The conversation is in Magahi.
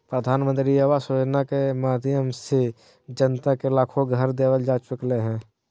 प्रधानमंत्री आवास योजना के माध्यम से जनता के लाखो घर देवल जा चुकलय हें